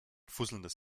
fusselndes